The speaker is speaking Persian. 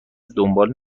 دنبال